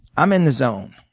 i'm in the zone.